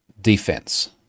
defense